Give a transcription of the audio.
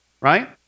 Right